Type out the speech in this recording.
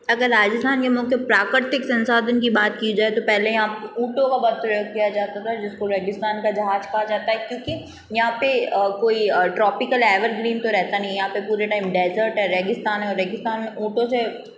अगर राजस्थान के मुख्य प्राकृतिक संसाधन की बात की जाए तो पहले यहां ऊँटों का बहुत प्रयोग किया जाता था जिसको रेगिस्तान का जहाज कहा जाता है क्योंकि यहाँ पे कोई ट्रॉपीकल एवरग्रीन तो रहता नहीं हैं यहाँ पे पूरे टाइम डेज़र्ट है रेगिस्तान है रेगिस्तान में ऊँटों से